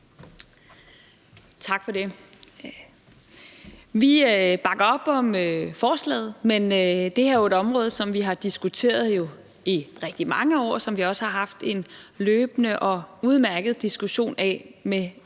Tak for det. Vi bakker op om forslaget, men det her er jo et område, som vi har diskuteret i rigtig mange år, og som vi også har haft en løbende og udmærket diskussion om med